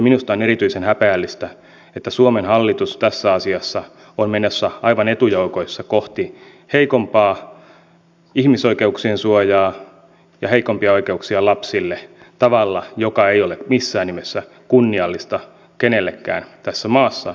minusta on erityisen häpeällistä että suomen hallitus tässä asiassa on menossa aivan etujoukoissa kohti heikompaa ihmisoikeuksien suojaa ja heikompia oikeuksia lapsille tavalla joka ei ole missään nimessä kunniallista kenellekään tässä maassa